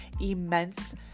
immense